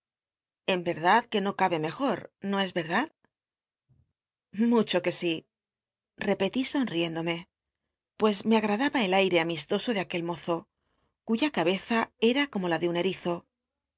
er lad que no cabe mejor no es el'lad lucho que si repelí sonriéndome pues me agadaba el aire amístoso de aquel mozo cuya cabeza era como la de un cl'izo